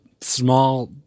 small